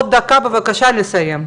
עוד דקה, בבקשה, לסיים.